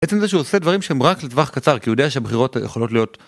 עצם זה שהוא עושה דברים שהם רק לטווח קצר, כי הוא יודע שהבחירות יכולות להיות...